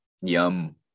Yum